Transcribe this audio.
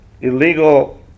illegal